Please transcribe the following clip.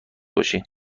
باشی